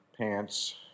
pants